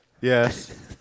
yes